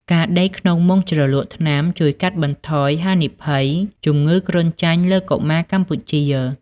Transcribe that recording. ការដេកក្នុងមុងជ្រលក់ថ្នាំជួយកាត់បន្ថយហានិភ័យជំងឺគ្រុនចាញ់លើកុមារកម្ពុជា។